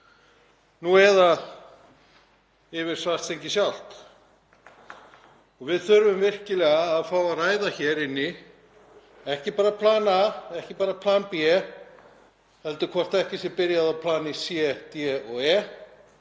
eða yfir Svartsengi sjálft. Við þurfum virkilega að fá að ræða hér inni ekki bara plan A og ekki bara plan B heldur hvort ekki sé byrjað á plani C, D og E,